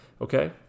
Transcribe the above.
Okay